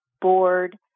board